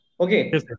Okay